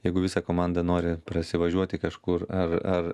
jeigu visa komanda nori prasivažiuoti kažkur ar ar